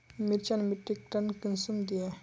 मिर्चान मिट्टीक टन कुंसम दिए?